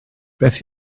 beth